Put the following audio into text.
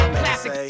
classic